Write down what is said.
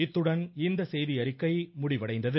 இத்துடன் இந்த செய்தியறிக்கை முடிவடைந்தது